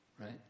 Right